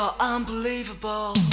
Unbelievable「